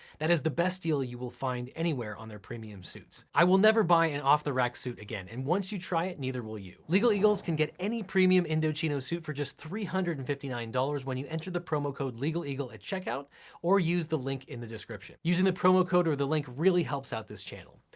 that is the best deal you will find anywhere on their premium suits. i will never buy an off-the-rack suit again, and once you try it, neither will you. legal eagles can get any premium indochino suit for just three hundred and fifty nine dollars when you enter the promo code legal eagle at checkout or use the link in the description. using the promo code or the link really helps out this channel.